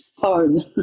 phone